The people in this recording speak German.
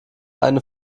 eine